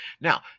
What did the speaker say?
now